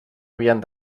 havien